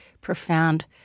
profound